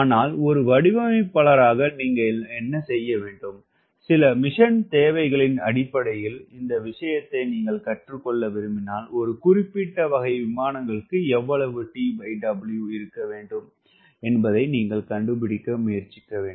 ஆனால் ஒரு வடிவமைப்பாளராக நீங்கள் என்ன செய்ய வேண்டும் சில மிஷன் தேவைகளின் அடிப்படையில் இந்த விஷயத்தை நீங்கள் கற்றுக்கொள்ள விரும்பினால் ஒரு குறிப்பிட்ட வகை விமானங்களுக்கு எவ்வளவு TW இருக்க வேண்டும் என்பதை நீங்கள் கண்டுபிடிக்க முயற்சிக்க வேண்டும்